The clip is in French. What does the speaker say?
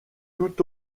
tout